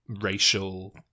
Racial